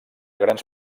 grans